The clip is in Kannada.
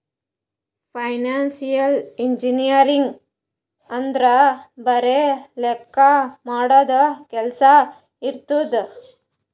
ಫೈನಾನ್ಸಿಯಲ್ ಇಂಜಿನಿಯರಿಂಗ್ ಅಂದುರ್ ಬರೆ ಲೆಕ್ಕಾ ಮಾಡದು ಕೆಲ್ಸಾ ಇರ್ತುದ್